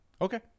Okay